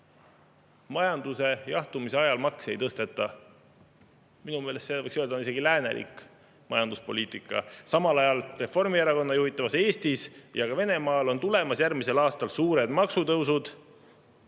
Majanduse jahtumise ajal makse ei tõsteta. Minu meelest võiks öelda, et see on isegi läänelik majanduspoliitika. Samal ajal on Reformierakonna juhitavas Eestis ja ka Venemaal tulemas järgmisel aastal suured maksutõusud,